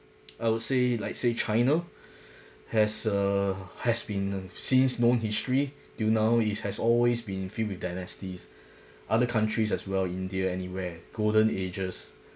I would say like say china has err has been since known history till now is has always been filled with dynasties other countries as well india anywhere golden ages